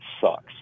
sucks